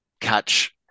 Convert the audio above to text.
catch –